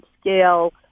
scale